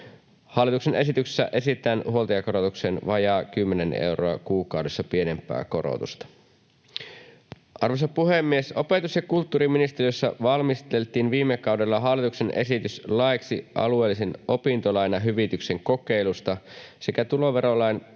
Hallituksen esityksessä esitetään huoltajakorotukseen vajaat 10 euroa kuukaudessa pienempää korotusta. Arvoisa puhemies! Opetus- ja kulttuuriministeriössä valmisteltiin viime kaudella hallituksen esitys laiksi alueellisen opintolainahyvityksen kokeilusta sekä tuloverolain 92